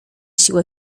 siłę